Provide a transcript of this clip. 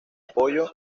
apoyo